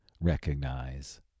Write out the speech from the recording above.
recognize